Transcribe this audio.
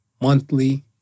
monthly